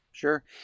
Sure